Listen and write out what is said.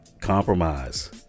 compromise